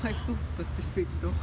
why so specific though